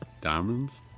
diamonds